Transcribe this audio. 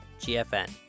GFN